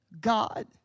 God